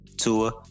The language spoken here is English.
Tua